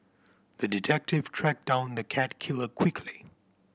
the detective tracked down the cat killer quickly